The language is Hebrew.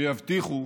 שיבטיחו